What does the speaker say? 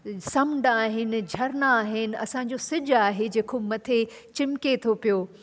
समुंड आहिनि झरना आहिनि असांजो सिज आहे जेको मथे चिमके थो पियो